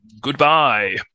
Goodbye